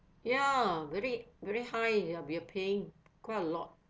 ya very very high ya we're paying quite a lot